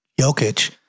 Jokic